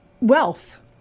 Wealth